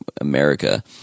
America